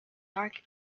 dark